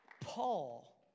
Paul